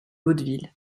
hauteville